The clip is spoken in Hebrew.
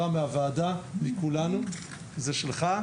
בהוקרה מהוועדה, מכולנו, זה שלך.